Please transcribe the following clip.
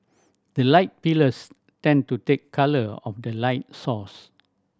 the light pillars tend to take colour of the light source